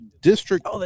district